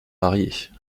mariées